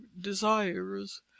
desires